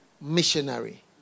missionary